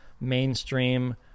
mainstream